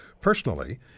personally